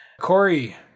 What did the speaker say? Corey